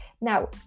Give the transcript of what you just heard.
Now